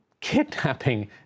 kidnapping